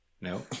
No